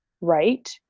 right